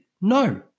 No